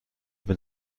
been